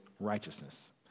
righteousness